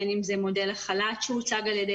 בין אם זה מודל החל"ת שהוצג על ידי